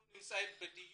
אנחנו נמצאים בדיון